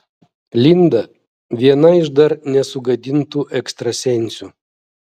linda viena iš dar nesugadintų ekstrasensių